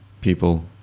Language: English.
people